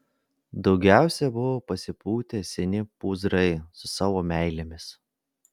daugiausiai buvo pasipūtę seni pūzrai su savo meilėmis